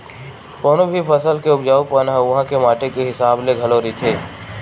कोनो भी फसल के उपजाउ पन ह उहाँ के माटी के हिसाब ले घलो रहिथे